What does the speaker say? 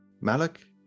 Malik